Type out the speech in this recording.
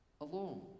alone